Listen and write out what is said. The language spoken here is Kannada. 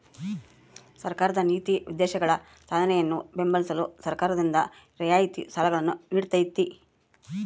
ಸರ್ಕಾರದ ನೀತಿ ಉದ್ದೇಶಗಳ ಸಾಧನೆಯನ್ನು ಬೆಂಬಲಿಸಲು ಸರ್ಕಾರದಿಂದ ರಿಯಾಯಿತಿ ಸಾಲಗಳನ್ನು ನೀಡ್ತೈತಿ